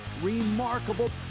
remarkable